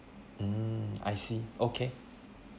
mm I see okay